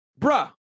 bruh